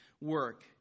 work